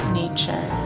nature